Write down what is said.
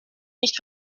nicht